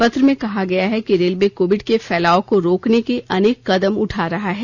पत्र में कहा गया है कि रेलवे कोविड के फैलाव को रोकने के अनेक कदम उठा रहा है